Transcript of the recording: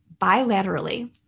bilaterally